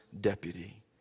deputy